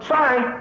Sorry